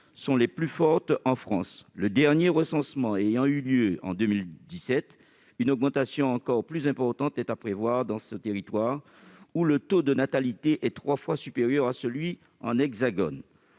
est la plus forte en France. Le dernier recensement a eu lieu en 2017, mais une augmentation encore plus importante est à prévoir dans ce territoire, où le taux de natalité est trois fois supérieur à celui de l'Hexagone.